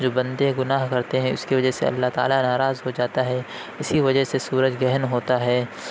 جو بندے گناہ کرتے ہیں اِس کی وجہ سے اللہ تعالیٰ ناراض ہو جاتا ہے اِسی وجہ سے سورج گرہن ہوتا ہے